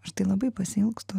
aš tai labai pasiilgstu